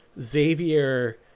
Xavier